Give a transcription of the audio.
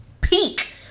peak